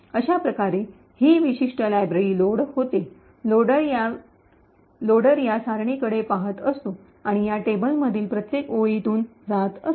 अशाप्रकारे जेव्हा हि विशिष्ट लायब्ररी लोड होते लोडर या सारणीकडे पहात असतो आणि या टेबलमधील प्रत्येक ओळीतून जात असे